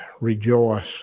Rejoice